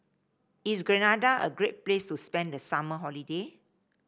is Grenada a great place to spend the summer holiday